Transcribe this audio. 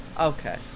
Okay